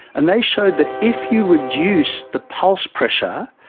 and they showed that if you reduce the pulse pressure,